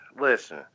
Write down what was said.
Listen